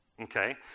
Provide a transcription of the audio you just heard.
Okay